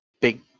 big